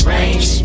Range